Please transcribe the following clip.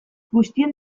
guztion